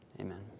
Amen